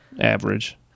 Average